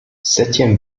septième